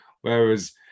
Whereas